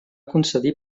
concedir